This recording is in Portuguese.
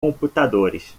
computadores